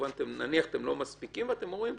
נניח שאתם לא מספיקים ואתם אומרים: